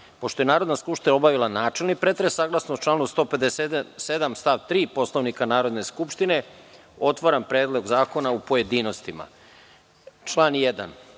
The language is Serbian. ja Narodna skupština obavila načelni pretres, saglasno članu 157. stav 3. Poslovnika Narodne skupštine, otvaram pretres Predlog zakona u pojedinostima. Na član 1.